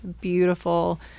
beautiful